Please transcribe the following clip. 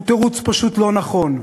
הוא תירוץ פשוט לא נכון.